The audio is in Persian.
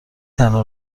تنها